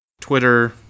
twitter